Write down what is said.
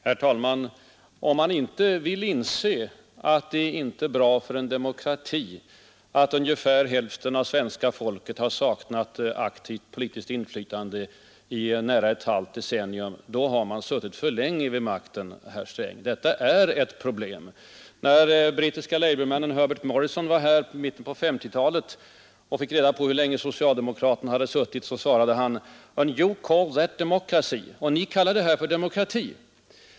Herr talman! Om man inte vill inse att det inte är bra för en demokrati att ungefär hälften av svenska folket har saknat aktivt politiskt inflytande i nära ett halvt decennium, då har man suttit för länge vid makten, herr Sträng. Detta är ett problem för det demokratiska systemet. När den brittiske labourmannen Herbert Morrison var här i mitten på 1950-talet och fick reda på hur länge socialdemokraterna hade suttit vid makten sade han: ”And you call that democracy!” — och ni kallar detta för demokrati!